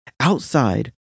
outside